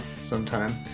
sometime